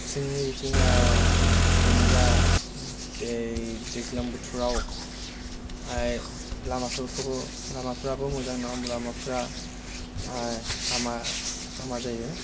जोंनि बिथिं जोंनि जा दै दैज्लां बोथोराव लामाफोरखौबो लामाफ्राबो मोजां नङा लामाफ्रा हामा हामा जायो